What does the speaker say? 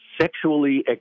sexually